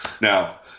Now